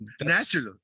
natural